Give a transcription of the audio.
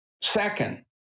Second